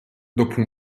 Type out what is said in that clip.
dopo